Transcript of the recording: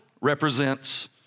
represents